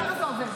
ככה זה עובד.